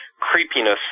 creepiness